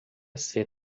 ser